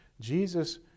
Jesus